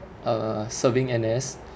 uh serving N_S